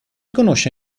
conosce